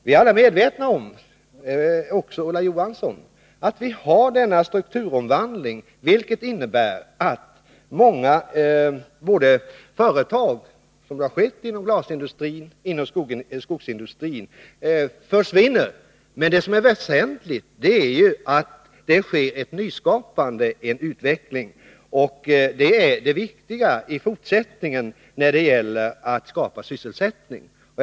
Vi är alla medvetna om — också Ulla Johansson — att det pågår en strukturomvandling, vilket innebär att många företag försvinner, såsom skett inom glasindustrin och skogsindustrin. Men det som är väsentligt är att det sker ett nyskapande och en utveckling. Det är det viktigaste när det gäller att skapa sysselsättning i fortsättningen.